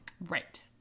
Right